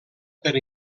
per